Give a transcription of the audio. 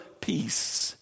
peace